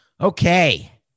Okay